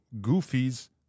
Goofies